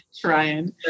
Trying